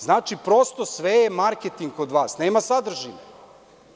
Znači, prosto sve je marketing kod vas, nema sadržine.